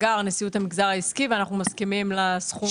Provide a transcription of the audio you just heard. אנחנו מסכימים על הסכום.